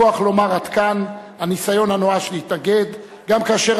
הכוח לומר: עד כאן, הניסיון הנואש להתנגד גם כאשר